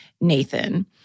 Nathan